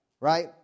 Right